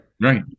Right